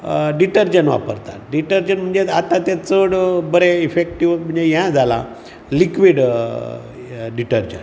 detergent वापरतात detergent म्हणजे आतां ते चड बरे इफॅक्टीव म्हणजें हें जालां लिक्वीड डिटर्जंट